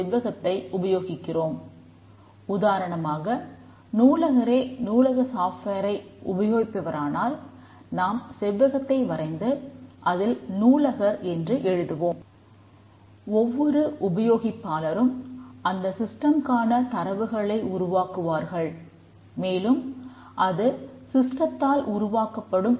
செவ்வகம் உபயோகிப்பாளரைக் குறிக்கிறது